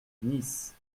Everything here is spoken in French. nice